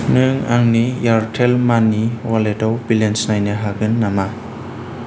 नों आंनि एयारटेल मानि अवालेटाव बेलेन्स नायनो हागोन नामा